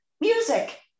Music